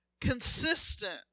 consistent